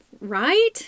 right